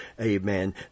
amen